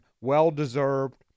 Well-deserved